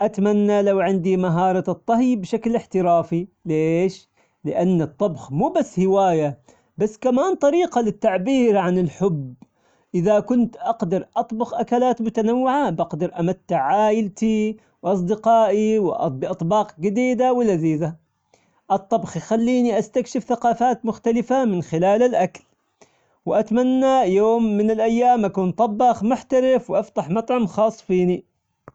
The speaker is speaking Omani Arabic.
أتمنى لو عندي مهارة الطهي بشكل إحترافي ، ليش ؟ لأن الطبخ مو بس هواية كمان طريقة للتعبير عن الحب، إذا كنت أقدر أطبخ أكلات متنوعة بقدر أمتع عائلتي وأصدقائي واط- بأطباق جديدة ولذيذة ، الطبخ يخليني استكشف ثقافات مختلفة من خلال الأكل، وأتمنى يوم من الأيام أكون طباخ محترف وأفتح مطعم خاص فيني.